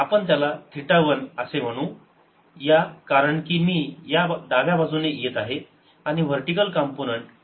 आपण त्याला थिटा 1 असे म्हणू या कारण की मी डाव्या बाजूने येत आहे आणि vertical component t sine theta 1